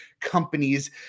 companies